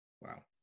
Wow